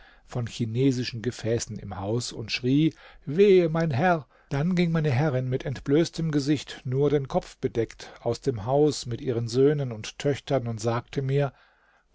von chinesischen gefäßen im haus und schrie wehe mein herr dann ging meine herrin mit entblößtem gesicht nur den kopf bedeckt die araberinnen entblößen wie die jüdinnen noch eher ihr gesicht als ihre haare aus dem haus mit ihren söhnen und töchtern und sagte mir